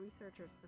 researchers